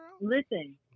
Listen